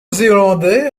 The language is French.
zélandais